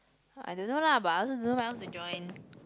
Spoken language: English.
I don't know lah but I also don't know what else to join